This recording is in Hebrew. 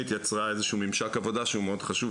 יצרה איזשהו ממשק עבודה שהוא מאוד חשוב